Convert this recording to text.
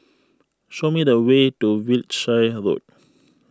show me the way to Wiltshire Road